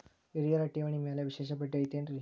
ಹಿರಿಯರ ಠೇವಣಿ ಮ್ಯಾಲೆ ವಿಶೇಷ ಬಡ್ಡಿ ಐತೇನ್ರಿ?